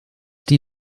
die